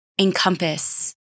encompass